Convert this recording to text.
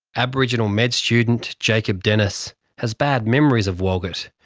aboriginal med student jacob dennis has bad memories of walgett,